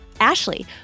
Ashley